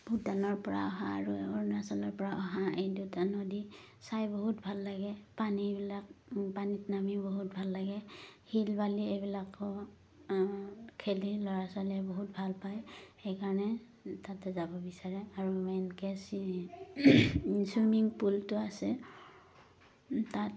ভূটানৰপৰা অহা আৰু অৰুণাচলৰপৰা অহা এই দুটা নদী চাই বহুত ভাল লাগে পানীবিলাক পানীত নামিও বহুত ভাল লাগে শিল বালি এইবিলাকো খেলি ল'ৰা ছোৱালীয়ে বহুত ভাল পায় সেইকাৰণে তাতে যাব বিচাৰে আৰু মেইনকৈ চুইমিং পুলটো আছে তাত